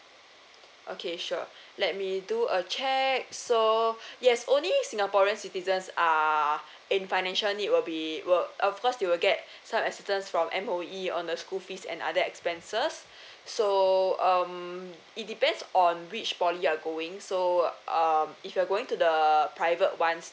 okay sure let me do a check so yes only singaporean citizens are in financial need will be work of course you will get some assistance from M_O_E on the school fees and other expenses so um it depends on which poly you are going so um if you're going to the private ones